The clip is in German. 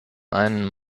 einen